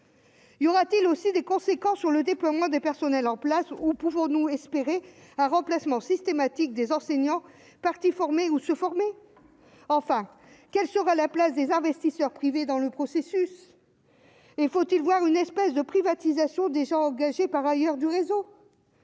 y aura-t-il aussi des conséquences sur le déploiement des personnels en place ou toujours nous espérer un remplacement systématique des enseignants, parti formé ou se former enfin quelle sera la place des investisseurs privés dans le processus, il faut-il voir une espèce de privatisation des gens engagés par ailleurs du réseau,